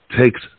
takes